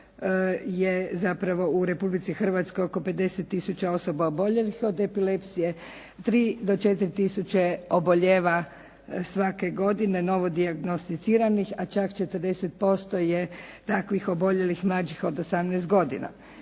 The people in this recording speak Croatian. je zapravo u Republici Hrvatskoj oko 50 tisuća osoba oboljelih od epilepsije, 3 do 4 tisuće obolijeva svake godine novodijagnosticiranih, a čak 40% je takvih oboljelih mlađih od 18 godina.